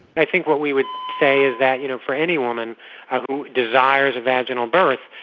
i think what we would say is that you know for any woman who desires a vaginal birth,